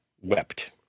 wept